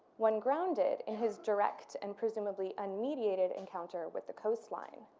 one grounded in his direct and presumably unmediated encounter with the coastline.